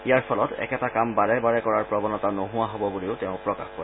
ইয়াৰ ফলত একেটা কাম বাৰে বাৰে কৰাৰ প্ৰবণতা নোহোৱা হ'ব বুলিও তেওঁ প্ৰকাশ কৰে